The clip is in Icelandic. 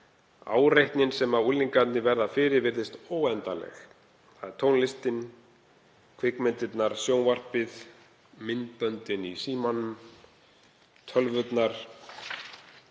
Áreitið sem unglingarnir verða fyrir virðist óendanlegt, tónlistin, kvikmyndirnar, sjónvarpið, myndböndin í símanum, tölvurnar,